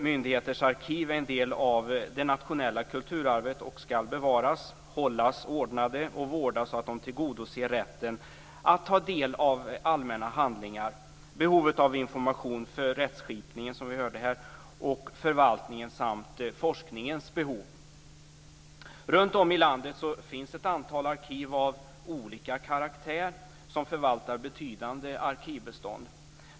Myndigheters arkiv är en del av det nationella kulturarvet och ska bevaras, hållas ordnade och vårdas så att de tillgodoser rätten att ta del av allmänna handlingar, behovet av information för rättskipningen och förvaltningen samt forskningens behov. Runtom i landet finns ett antal arkiv av olika karaktär som förvaltar betydande arkivbestånd.